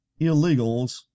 illegals